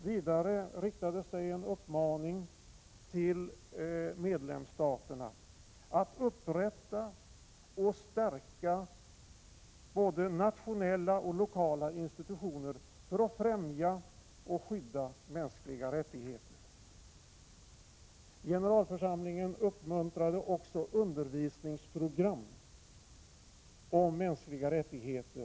Vidare riktades en uppmaning till medlemsstaterna att upprätta och stärka både nationella och lokala institutioner för att främja och skydda mänskliga rättigheter. Generalförsamlingen uppmuntrade också undervisningsprogram om mänskliga rättigheter.